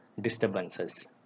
disturbances